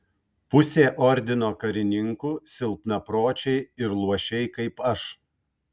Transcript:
pusė ordino karininkų silpnapročiai ir luošiai kaip aš